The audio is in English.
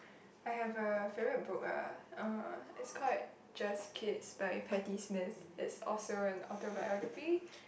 I have a favourite book ah uh it's called it Just Kids by Patti-Smith is also an autobiography